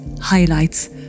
highlights